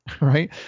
right